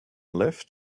left